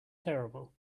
terrible